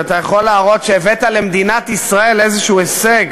שאתה יכול להראות שהבאת למדינת ישראל איזה הישג?